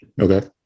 okay